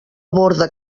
borda